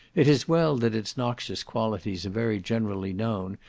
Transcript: it is well that its noxious qualities are very generally known,